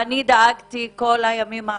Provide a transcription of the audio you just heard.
אני דאגתי כל הימים האחרונים,